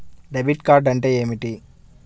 Debit card అంటే ఏమిటి?